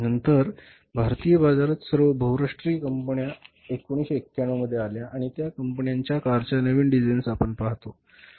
नंतर भारतीय बाजारात सर्व बहुराष्ट्रीय कंपन्या 1991 मध्ये आल्या आणि त्या कंपन्यांच्या कारच्या नवीन डिझाईन्स आपण पाहतो